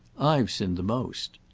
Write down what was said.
i've sinned the most.